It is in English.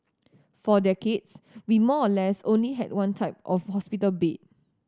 for decades we more or less only had one type of hospital bed